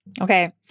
Okay